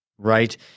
Right